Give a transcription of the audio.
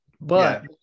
But-